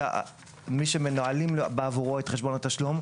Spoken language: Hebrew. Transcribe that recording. מי שמנהלים בעבורו את חשבון התשלום,